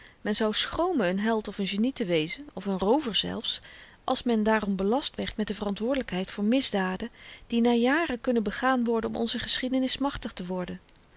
zou schromen n held of n genie te wezen of n roover zelfs als men daarom belast werd met de verantwoordelykheid voor misdaden die na jaren kunnen begaan worden om onze geschiedenis machtig te worden